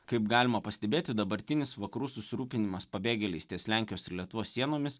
kaip galima pastebėti dabartinis vakarų susirūpinimas pabėgėliais ties lenkijos ir lietuvos sienomis